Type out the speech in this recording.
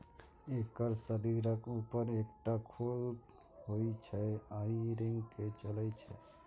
एकर शरीरक ऊपर एकटा खोल होइ छै आ ई रेंग के चलै छै